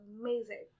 amazing